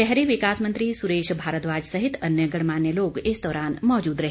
शहरी विकास मंत्री सुरेश भारद्वाज सहित अन्य गणमान्य लोग इस दौरान मौजूद रहे